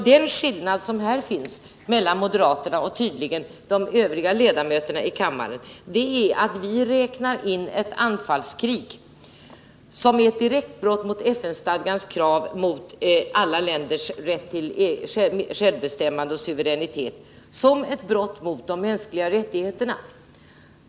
Den skillnad som finns mellan moderaterna och de övriga ledamöterna av kammaren är att vi räknar ett anfallskrig — som är ett direkt brott mot FN-stadgans krav på alla länders rätt till självbestämmande och suveränitet — som ett brott mot de mänskliga rättigheterna.